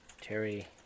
Terry